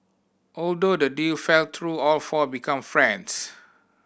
although the deal fell through all four become friends